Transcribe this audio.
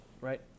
right